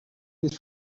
his